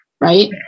right